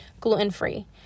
gluten-free